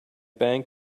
bank